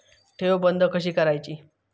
ठेव बंद कशी करायची?